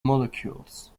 molecules